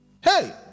hey